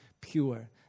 pure